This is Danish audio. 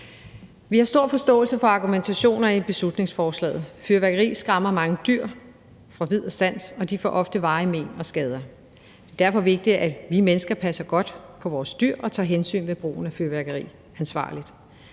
Vi har stor forståelse for argumentationerne i beslutningsforslaget. Fyrværkeri skræmmer mange dyr fra vid og sans, og de får ofte varige men og skader. Derfor er det vigtigt, at vi mennesker passer godt på vores dyr og tager hensyn ved brugen af fyrværkeri og gør det